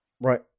Right